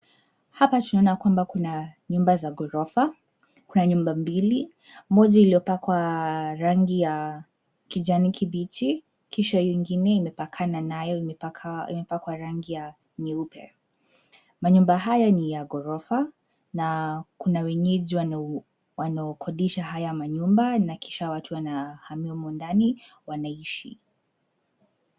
Hapa tunaona kwamba kuna nyumba za ghorofa. Kuna nyumba mbili, moja iliyopakwa rangi ya kijani kibichi kisha hio ingine imepakana nayo imepakwa rangi ya nyeupe. Manyumba haya ni ya ghorofa na kuna wenyeji wanaokodisha haya manyumba na kisha watu wanahamia humu ndani wanaishi.